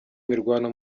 imirwano